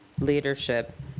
Leadership